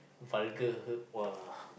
vulgar her !wah!